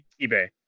eBay